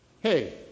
hey